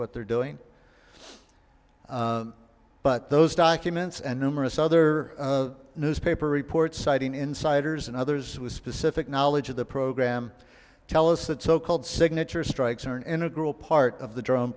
what they're doing but those documents and numerous other newspaper reports citing insiders and others with specific knowledge of the program tell us that so called signature strikes are an integral part of the dr